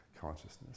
consciousness